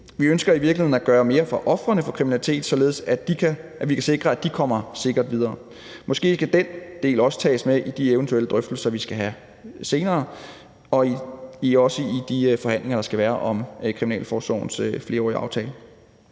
Vi ønsker i virkeligheden at gøre mere for ofrene for kriminalitet, således at vi kan sikre, at de kommer sikkert videre. Måske kan den del også tages med i de eventuelle drøftelser, vi skal have senere, og også i de forhandlinger, der skal være om kriminalforsorgens flerårige aftale.